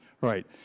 right